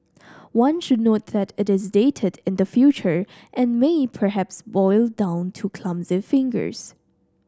one should note that it is dated in the future and may perhaps boil down to clumsy fingers